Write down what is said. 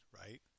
Right